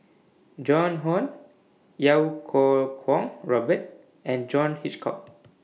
Joan Hon Iau Kuo Kwong Robert and John Hitchcock